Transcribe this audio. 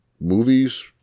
movies